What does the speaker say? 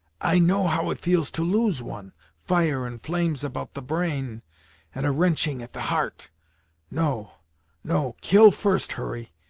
i know how it feels to lose one fire and flames about the brain and a wrenching at the heart no no kill first, hurry,